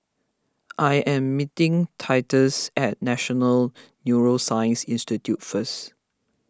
I am meeting Titus at National Neuroscience Institute first